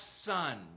son